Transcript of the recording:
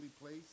place